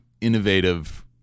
innovative